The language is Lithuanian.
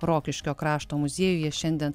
rokiškio krašto muziejuje šiandien